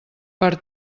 per